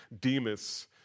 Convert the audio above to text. Demas